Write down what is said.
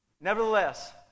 Nevertheless